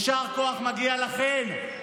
יישר כוח, מגיע לכן.